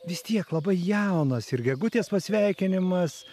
vis tiek labai jaunas ir gegutės pasveikinimas